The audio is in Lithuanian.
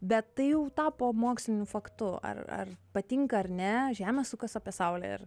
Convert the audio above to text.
bet tai jau tapo moksliniu faktu ar ar patinka ar ne žemė sukas apie saulę ir